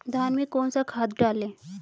धान में कौन सा खाद डालें?